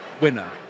winner